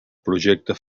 projecte